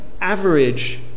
average